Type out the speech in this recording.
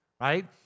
right